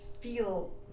feel